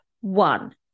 one